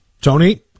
Tony